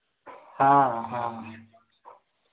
हाँ हाँ